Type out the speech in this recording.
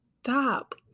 Stop